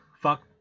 fuck